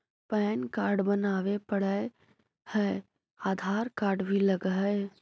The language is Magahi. पैन कार्ड बनावे पडय है आधार कार्ड भी लगहै?